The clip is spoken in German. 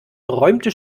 räumte